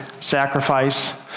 sacrifice